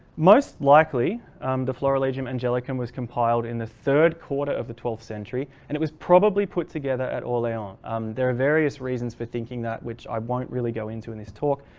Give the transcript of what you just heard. most likely um the florilegium angelicum was compiled in the third quarter of the twelfth century and it was probably put together at orleans. um there are various reasons for thinking that which i won't really go into in this talk.